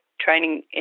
training